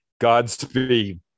godspeed